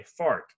iFart